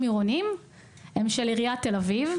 העירוניים הם של עיריית תל-אביב,